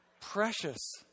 Precious